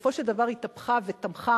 בסופו של דבר התהפכה ותמכה,